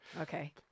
Okay